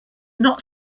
not